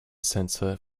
sensor